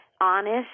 honest